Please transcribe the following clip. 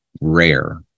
rare